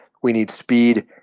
we need speed,